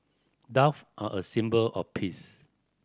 dove are a symbol of peace